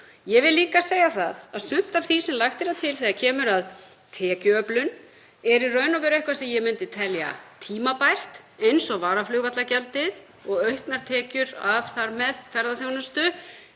Ég vil líka segja það að sumt af því sem lagt er til, þegar kemur að tekjuöflun, er í raun og veru eitthvað sem ég myndi telja tímabært, t.d. varaflugvallagjaldið, og þar með auknar tekjur af ferðaþjónustu,